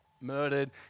murdered